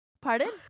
Pardon